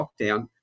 lockdown